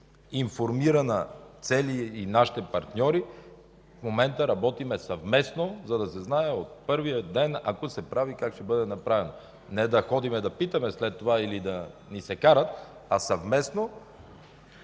комисия. С нашите партньори в момента работим съвместно, за да се знае от първия ден, ако се прави, как ще бъде направено. Не да ходим да питаме след това или да ни се карат, а съвместно